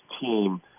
team